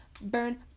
burn